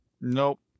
Nope